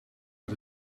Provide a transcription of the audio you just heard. uit